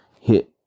hit